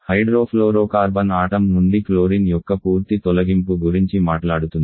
hydrofluorocarbon atom నుండి chlorine యొక్క పూర్తి తొలగింపు గురించి మాట్లాడుతుంది